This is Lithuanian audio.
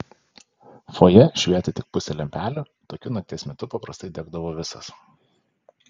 fojė švietė tik pusė lempelių tokiu nakties metu paprastai degdavo visos